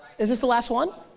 is this the last one,